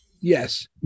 Yes